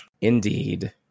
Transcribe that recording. Indeed